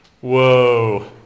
Whoa